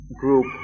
group